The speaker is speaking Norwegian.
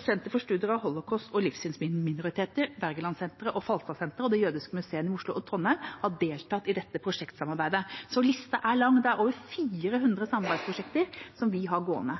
Senter for studier av Holocaust og livssynsminoriteter, Wergelandsenteret, Falstadsenteret og de jødiske museene i Oslo og Trondheim har deltatt i dette prosjektsamarbeidet – så lista er lang. Vi har over 400 samarbeidsprosjekter gående.